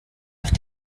auf